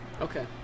Okay